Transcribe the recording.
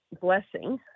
blessing